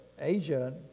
Asia